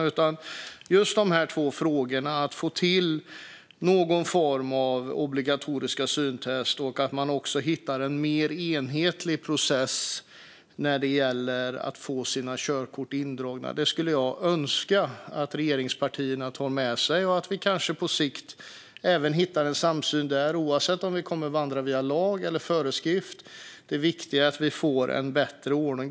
Men just de här två frågorna - att få till någon form av obligatoriska syntest och att man hittar en mer enhetlig process när det gäller att få körkort indraget - skulle jag önska att regeringspartierna tar med sig och att vi kanske på sikt hittar en samsyn även där, oavsett om vi kommer att vandra via lag eller föreskrift. Det viktiga är att vi få en bättre ordning.